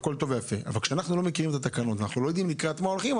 אבל כשאנחנו לא מכירים את התקנות ולא יודעים לקראת מה הולכים,